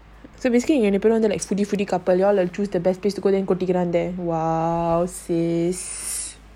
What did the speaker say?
so basically எனக்குவந்து:enaku vandhu y'all must choose the best place to go there then go கொட்டிகிறஅந்த:kottikira andha there !wow! sis